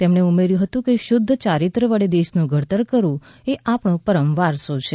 તેમણે ઉમેર્થું હતું કે શુધ્ધ યારિત્ર્ય વડે દેશ નું ઘડતર કરવું એ આપનો પરમ વારસો છે